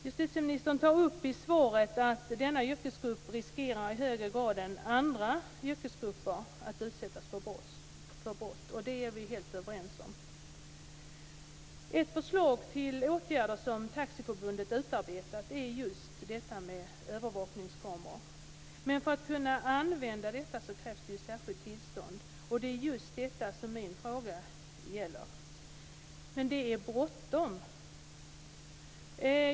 Justitieministern säger i svaret att denna yrkesgrupp i högre grad än andra yrkesgrupper riskerar att utsättas för brott. Det är vi helt överens om. Ett förslag till åtgärder som Taxiförbundet utarbetat är just detta med övervakningskameror men för att kunna använda sådana krävs det ett särskilt tillstånd. Det är just detta som min fråga gäller, och det är bråttom.